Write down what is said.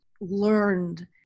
learned